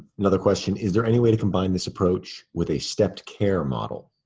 another question is there any way to combine this approach with a stepped care model?